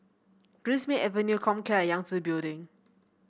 Greenmead Avenue Comcare and Yangtze Building